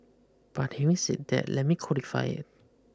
but having said that let me qualify it